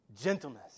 gentleness